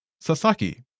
Sasaki